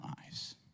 eyes